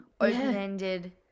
open-ended